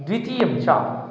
द्वितीयं च